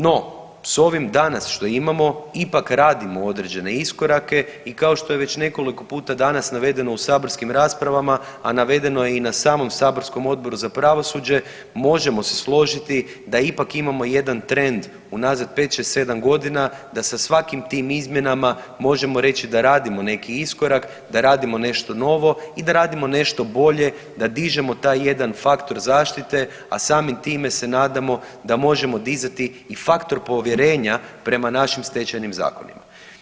No, s ovim danas što imamo ipak radimo određene iskorake i kao što je već nekoliko puta danas navedeno u saborskim raspravama, a navedeno je i na samom saborskom Odboru za pravosuđe možemo se složiti da ipak imamo jedan trend unazad 5, 6, 7 godina da sa svakim tim izmjenama možemo reći da radimo neki iskorak, da radimo nešto novo i da radimo nešto bolje, da dižemo taj jedan faktor zaštite, a samim time se nadamo da možemo dizati i faktor povjerenja prema našim stečajnim zakonima.